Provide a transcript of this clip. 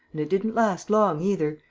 and it didn't last long either!